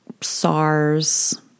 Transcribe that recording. SARS